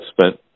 spent